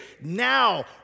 now